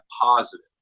positive